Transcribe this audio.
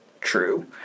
true